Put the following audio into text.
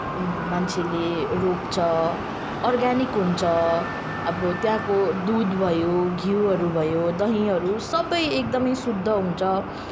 मान्छेले रोप्छ अर्ग्यानिक हुन्छ अब त्यहाँको दुध भयो घिउहरू भयो दहीहरू सबै एकदमै शुद्ध हुन्छ